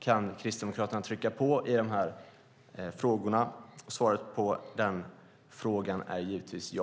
Kan Kristdemokraterna trycka på i de här frågorna? Svaret på den frågan är givetvis ja.